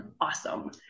awesome